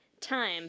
time